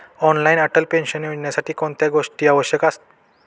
Online Atal pension योजनेसाठी कोणत्या गोष्टी आवश्यक आहेत?